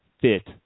fit